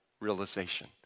realization